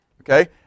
Okay